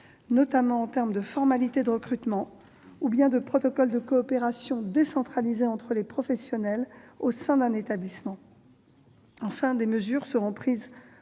notamment en termes de formalités de recrutement ou bien de protocole de coopération décentralisée entre les professionnels au sein d'un établissement. Enfin, des mesures seront prises